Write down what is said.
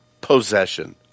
possession